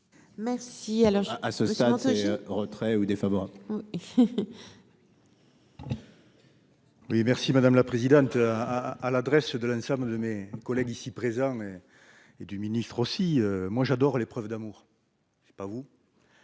l'heure. à ce stade c'est retrait ou défavorables. Oui merci madame la présidente à à l'adresse de l'ensemble de mes collègues ici présents et du ministre aussi, moi j'adore les preuves d'amour, je sais pas vous